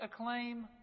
acclaim